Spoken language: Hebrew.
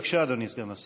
בבקשה, אדוני סגן השר.